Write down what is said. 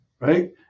Right